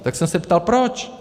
Tak jsem se ptal proč.